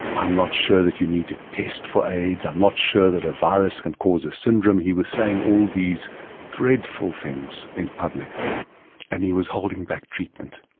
i'm not sure that you need to test for aids, i'm not sure that a virus can cause a syndrome. he was saying all these dreadful things in public and he was holding back treatment.